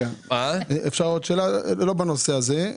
אפשר עוד שאלה לא בנושא הזה?